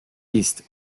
east